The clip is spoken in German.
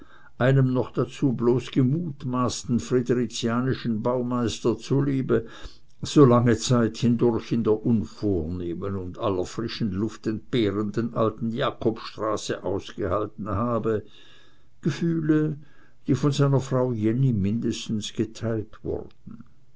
einem noch dazu bloß gemutmaßten friderizianischen baumeister zuliebe so lange zeit hindurch in der unvornehmen und aller frischen luft entbehrenden alten jakobstraße ausgehalten habe gefühle die von seiner frau jenny mindestens geteilt wurden